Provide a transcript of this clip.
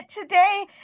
today